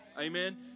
amen